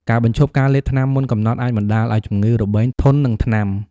ការបញ្ឈប់ការលេបថ្នាំមុនកំណត់អាចបណ្តាលឱ្យជំងឺរបេងធន់នឹងថ្នាំ។